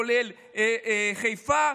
כולל חיפה,